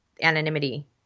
anonymity